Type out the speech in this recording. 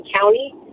county